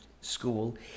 school